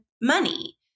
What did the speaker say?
money